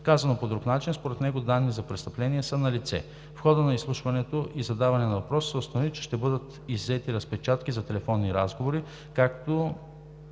Казано по друг начин – според него данни за престъпление са налице. В хода на изслушването и задаване на въпроси се установи, че ще бъдат иззети разпечатки за телефонни разговори, както